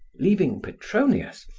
leaving petronius,